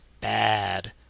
bad